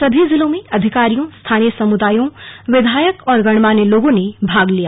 सभी जिलों में अधिकारियों स्थानीय समुदायों विधायक गणमान्य लोगों ने भाग लिया